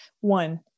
one